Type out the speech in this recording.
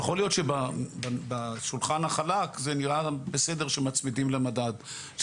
יכול להיות שבשולחן החלק זה נראה בסדר כשמצמידים למדד,